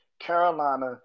Carolina